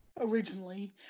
originally